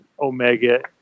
Omega